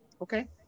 Okay